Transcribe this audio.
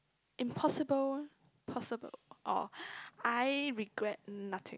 impossible possible or I regret nothing